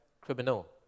criminal